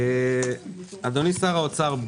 אדוני שר האוצר,